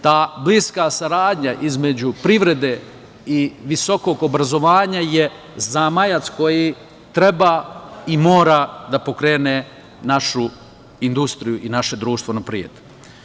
Ta bliska saradnja između privrede i visokog obrazovanja je zamajac koji treba i mora da pokrene našu industriju i naše društvo napred.